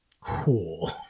Cool